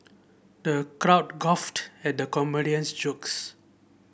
the crowd guffawed at the comedian's jokes